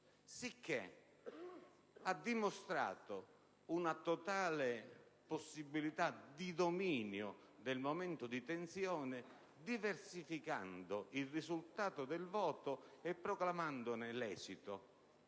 Sicché, ha dimostrato una totale possibilità di dominio del momento di tensione, diversificando il risultato del voto e proclamandone l'esito: